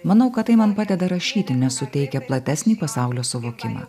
manau kad tai man padeda rašyti nes suteikia platesnį pasaulio suvokimą